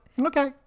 Okay